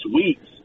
weeks